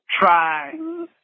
try